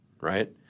right